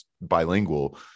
bilingual